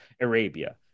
Arabia